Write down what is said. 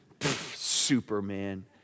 Superman